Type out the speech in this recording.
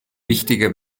wichtiger